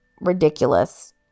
ridiculous